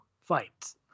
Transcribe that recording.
fights